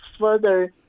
further